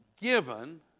given